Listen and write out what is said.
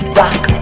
rock